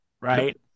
right